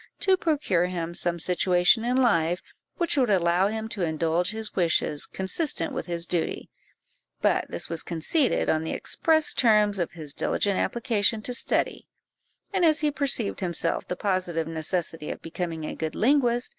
to procure him some situation in life which would allow him to indulge his wishes, consistent with his duty but this was conceded on the express terms of his diligent application to study and as he perceived himself the positive necessity of becoming a good linguist,